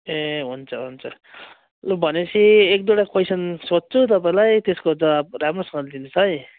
ए हुन्छ हुन्छ लु भनेपछि एक दुईवटा क्वोइसन सोध्छु तपाईँलाई त्यसको जवाब राम्रोसँगले दिनुहोस् है